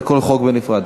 על כל חוק בנפרד.